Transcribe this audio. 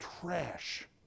trash